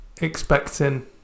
expecting